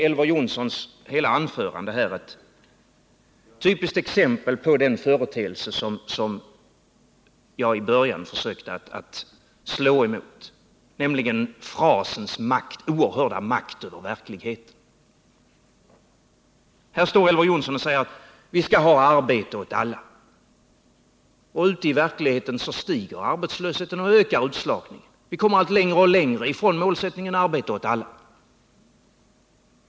Elver Jonssons hela anförande är ett typiskt exempel på den företeelse som jag i början försökte slå emot, nämligen frasens oerhörda makt över verkligheten. Här säger Elver Jonsson att vi skall ha arbete åt alla. Ute i verkligheten stiger arbetslösheten och ökar utslagningen. Vi kommer allt längre från målsättningen arbete åt alla.